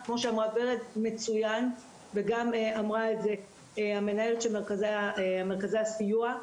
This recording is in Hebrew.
כמו שאמרה ורד מצוין וגם אמרה מנהלת מרכזי הסיוע,